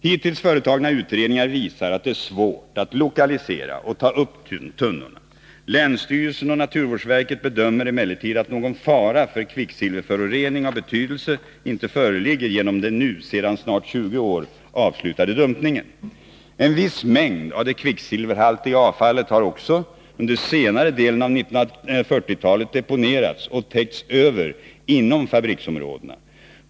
Hittills företagna utredningar visar att det är svårt att lokalisera och ta upp tunnorna. Länsstyrelsen och naturvårdsverket bedömer emellertid att någon fara för kvicksilverförorening av betydelse inte föreligger genom den för nu snart 20 år sedan avslutade dumpningen. En viss mängd av det kvicksilverhaltiga avfallet har också, under senare delen av 1940-talet, deponerats och täckts över inom fabriksområdena.